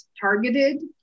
targeted